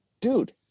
dude